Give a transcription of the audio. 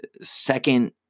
second